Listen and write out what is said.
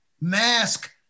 mask